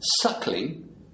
Suckling